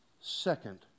second